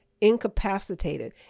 incapacitated